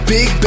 Big